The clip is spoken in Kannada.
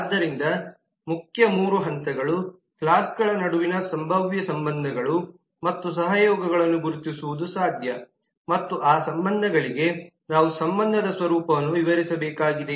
ಆದ್ದರಿಂದ ಮುಖ್ಯ ಮೂರು ಹಂತಗಳು ಕ್ಲಾಸ್ಗಳ ನಡುವಿನ ಸಂಭಾವ್ಯ ಸಂಬಂಧಗಳು ಮತ್ತು ಸಹಯೋಗಗಳನ್ನು ಗುರುತಿಸುವುದು ಸಾಧ್ಯ ಮತ್ತು ಆ ಸಂಬಂಧಗಳಿಗೆ ನಾವು ಸಂಬಂಧದ ಸ್ವರೂಪವನ್ನು ವಿವರಿಸಬೇಕಾಗಿದೆ